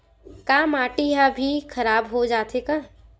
का माटी ह भी खराब हो जाथे का?